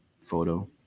photo